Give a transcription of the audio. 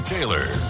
Taylor